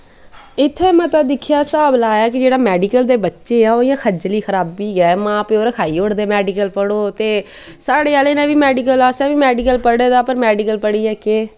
इत्थें में ता दिक्खेआ हिसाब लाया कि जेह्ड़े मैडिकल दे बच्चे ऐ ओह् इयां खज्जली खराबी गै मां प्यो रखाई ओड़दे मैडिकल पढ़ो ते साढ़े आह्लें दा बी मैडिकल असें बी मैडिकल पढ़े दा पर मैडिकल पढि़यै केह्